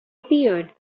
appeared